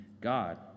God